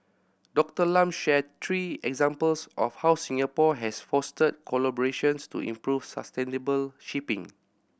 Doctor Lam shared three examples of how Singapore has fostered collaborations to improve sustainable shipping